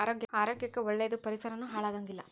ಆರೋಗ್ಯ ಕ್ಕ ಒಳ್ಳೇದ ಪರಿಸರಾನು ಹಾಳ ಆಗಂಗಿಲ್ಲಾ